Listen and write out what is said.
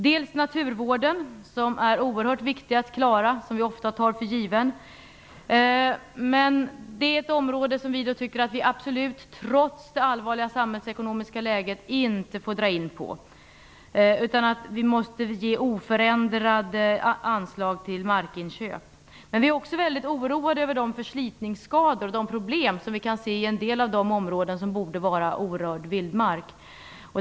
Det ena är naturvården, som är oerhört viktig och som vi ofta tar för given. Det är ett område som vi tycker att man absolut inte får dra in på, trots det allvarliga samhällsekonomiska läget. Vi måste ge oförändrade anslag till markinköp. Vi är också mycket oroade över de förslitningsskador och de problem som vi kan se i en del av de områden som borde utgöra orörd vildmark.